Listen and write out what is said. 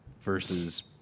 versus